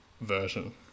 version